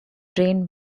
drained